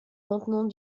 maintenant